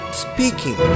speaking